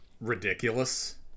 ridiculous